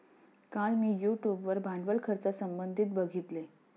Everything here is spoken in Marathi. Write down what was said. काल मी यूट्यूब वर भांडवल खर्चासंबंधित बघितले